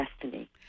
destiny